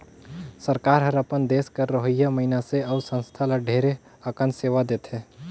सरकार हर अपन देस कर रहोइया मइनसे अउ संस्था ल ढेरे अकन सेवा देथे